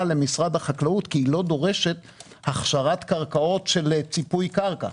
למשרד החקלאות כי היא לא דורשת הכשרת קרקעות של ציפוי קרקע.